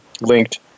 linked